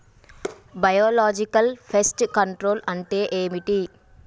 Biological pest control అంటే ఏమిటి?